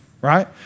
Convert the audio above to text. right